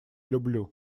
люблю